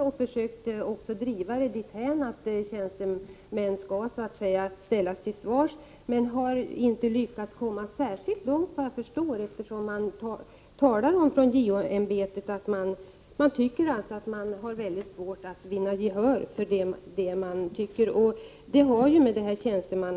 JO har också försökt driva det dithän att tjänstemän skall ställas till svars men har inte lyckats komma särskilt långt, såvitt jag förstår, eftersom JO-ämbetet säger sig ha väldigt svårt att finna gehör för sina